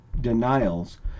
denials